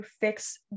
fix